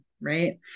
right